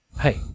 Hey